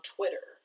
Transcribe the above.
Twitter